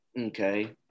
Okay